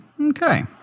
Okay